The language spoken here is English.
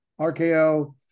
RKO